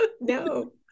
No